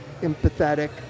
empathetic